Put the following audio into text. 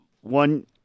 one